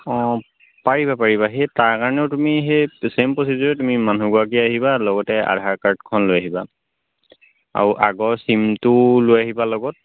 অঁ পাৰিবা পাৰিবা সেই তাৰ কাৰণেও তুমি সেই চেইম প্ৰছিডিউৰে তুমি মানুহগৰাকী আহিবা লগতে আধাৰ কাৰ্ডখন লৈ আহিবা আৰু আগৰ চিমটো লৈ আহিবা লগত